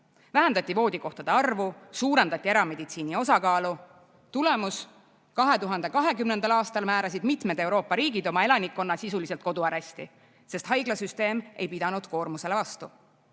Vähendati voodikohtade arvu, suurendati erameditsiini osakaalu. Tulemus: 2020. aastal määrasid mitmed Euroopa riigid oma elanikkonna sisuliselt koduaresti, sest haiglasüsteem ei pidanud koormusele vastu.